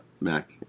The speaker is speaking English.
Mac